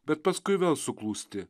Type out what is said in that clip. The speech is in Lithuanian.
bet paskui vėl suklūsti